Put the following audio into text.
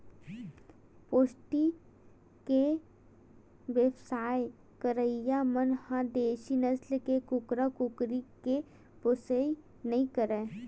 poultry के बेवसाय करइया मन ह देसी नसल के कुकरा, कुकरी के पोसइ नइ करय